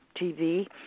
TV